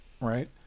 right